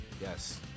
Yes